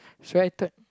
so I though